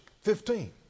Fifteen